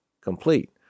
complete